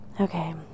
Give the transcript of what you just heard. Okay